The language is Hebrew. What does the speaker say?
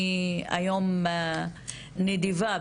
אני היום נדיבה,